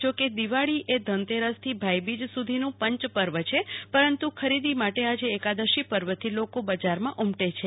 જોકે દિવાળી એ ધનતેરસથી ભાઈબીજ સુધીનું પંચપર્વ છે પરંતુ ખરીદી માટે આજે એકાદશી પર્વથી લોકો બજારમાં ઉમટે છે